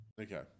Okay